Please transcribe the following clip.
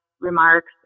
remarks